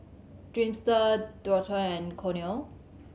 Dreamster Dualtron and Cornell